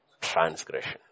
transgression